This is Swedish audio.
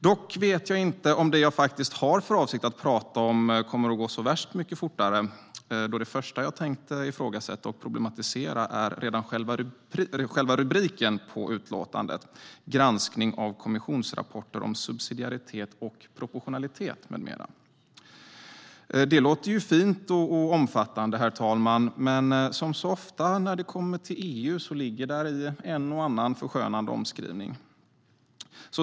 Dock vet jag inte om det jag faktiskt har för avsikt att prata om kommer att gå så värst mycket fortare, då det första jag tänkte ifrågasätta och problematisera är redan själva rubriken på utlåtandet, Granskning av kommis sionsrapporter om subsidiaritet och proportionalitet m.m. . Det låter ju fint och omfattande, herr talman, men som så ofta när det kommer till EU ligger däri en och annan förskönande omskrivning.